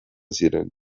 ziren